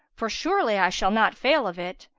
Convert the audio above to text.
for surely i shall not fail of it.